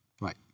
Right